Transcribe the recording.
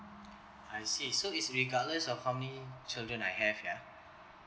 I see so it's regardless of how many children I have ya